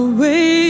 Away